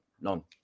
none